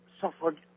suffered